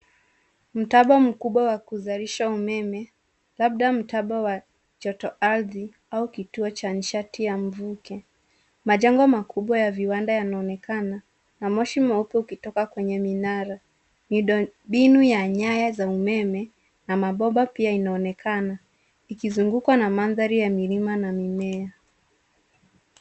Mtambo mkubwa wa kuzalisha umeme labda mtambo wa joto ardhi au kituo cha nishati ya mvuke. Majengo makubwa ya viwanda yanaonekana na moshi mweupe ukitoka kwenye minara. Miundo mbinu ya nyaya za umeme na mabomba pia inaonekana ikizungukwa na mandhari ya milima na mimea.